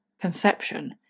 conception